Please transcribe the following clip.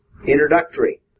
Introductory